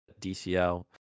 DCL